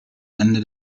ende